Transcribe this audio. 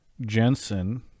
jensen